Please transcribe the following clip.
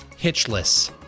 hitchless